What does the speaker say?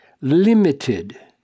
limited